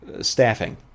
staffing